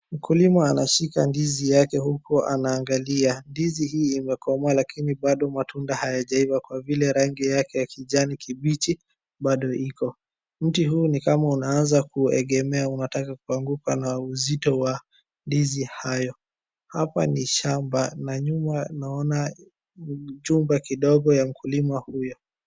Mkulima anashika ndizi yake huku anaangalia. Ndizi hii imekoma lakini bado matunda hayajaiva kwa vile rangi yake ya kijani kibichi bado iko. Mti huu ni kama unaanza kuegemea, unataka kuanguka na uzito wa ndizi hayo. Hapa ni shamba na nyuma naona ni chumba kidogo ya mkulima huyo.